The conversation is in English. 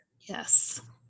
Yes